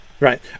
Right